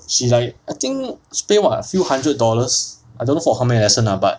she like I think spent what a few hundred dollars I don't know for how many lesson lah but